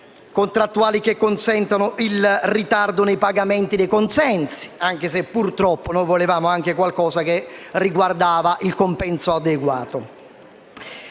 contrattuali che consentono il ritardo nei pagamenti dei compensi, anche se purtroppo noi volevamo qualcosa che riguardasse il compenso adeguato;